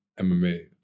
MMA